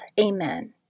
Amen